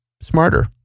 smarter